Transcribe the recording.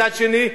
מצד שני,